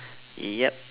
yup